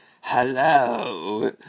Hello